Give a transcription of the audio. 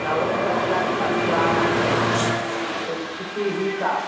नवमीकक्षाछात्राणां स्थितिः का